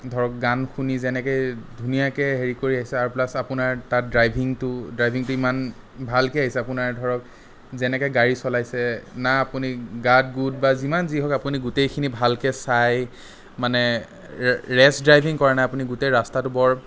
ধৰক গান শুনি যেনেকৈ ধুনীয়াকে হেৰি কৰি আহিছে আৰু প্লাছ আপোনাৰ তাত ড্ৰাইভিংটো ড্ৰাইভিংটো ইমান ভালকৈ আহিছে আপোনাৰ ধৰক যেনেকৈ গাড়ী চলাইছে না আপুনি গাত গোট বা যিমান যি হওঁক আপুনি গোটেইখিনি ভালকে চাই মানে ৰে ৰেচ ড্ৰাইভিং কৰা নাই আপুনি গোটেই ৰাস্তাটো বৰ